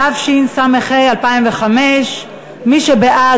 התשע"ג 2012. מי שבעד,